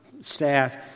staff